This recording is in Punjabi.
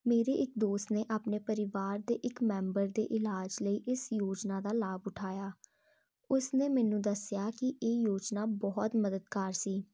ਮੇਰੇ ਇੱਕ ਦੋਸਤ ਨੇ ਆਪਣੇ ਪਰਿਵਾਰ ਦੇ ਇੱਕ ਮੈਂਬਰ ਦੇ ਇਲਾਜ ਲਈ ਇਸ ਯੋਜਨਾ ਦਾ ਲਾਭ ਉਠਾਇਆ ਉਸ ਨੇ ਮੈਨੂੰ ਦੱਸਿਆ ਕਿ ਇਹ ਯੋਜਨਾ ਬਹੁਤ ਮਦਦਗਾਰ ਸੀ